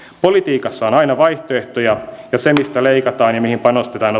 politiikassa on aina vaihtoehtoja ja se mistä leikataan ja mihin panostetaan